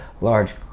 large